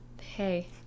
hey